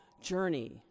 journey